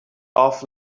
off